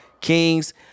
Kings